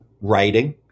Writing